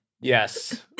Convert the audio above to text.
Yes